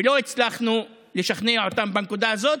ולא הצלחנו לשכנע אותם בנקודה הזאת.